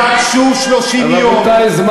תבקשו 30 יום, רבותי, זמנו תם.